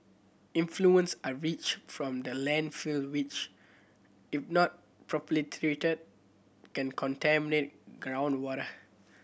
influence are reach from the landfill which if not properly treated can contaminate groundwater